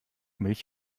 milch